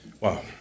Wow